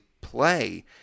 play